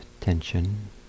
tension